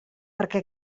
perquè